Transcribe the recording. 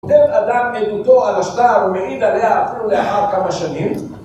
נותן אדם עדותו על השטר ומעיד עליה אפילו לאחר כמה שנים